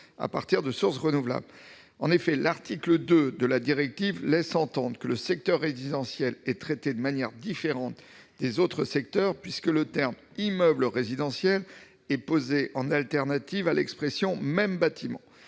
à partir de sources renouvelables. L'article 2 de la directive laisse entendre que le secteur résidentiel est traité de manière différente des autres secteurs, puisque les termes « immeuble résidentiel » sont posés en alternative à l'expression « même bâtiment ».